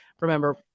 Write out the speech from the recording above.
remember